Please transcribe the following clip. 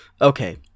okay